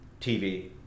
TV